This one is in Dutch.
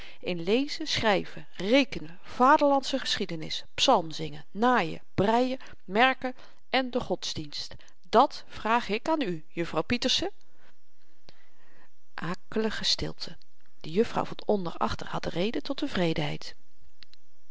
in lezen schryven rekenen vaderlandsche geschiedenis psalmzingen naaien breien merken en de godsdienst dàt vraag ik aan u juffrouw pieterse akelige stilte de juffrouw van onder achter had reden tot tevredenheid